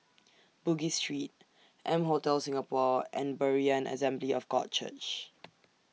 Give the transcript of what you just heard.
Bugis Street M Hotel Singapore and Berean Assembly of God Church